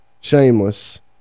Shameless